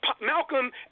Malcolm